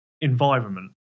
environment